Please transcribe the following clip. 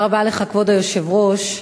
כבוד היושב-ראש,